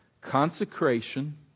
Consecration